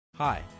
Hi